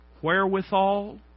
wherewithal